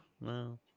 no